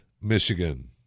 Michigan